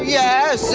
yes